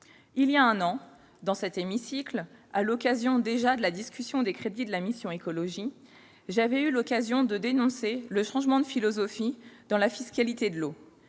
Il y a un an, dans cet hémicycle, à l'occasion, déjà, de la discussion des crédits de la mission « Écologie », j'avais eu l'occasion de dénoncer le changement de philosophie en matière de fiscalité de l'eau.